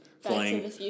flying